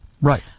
right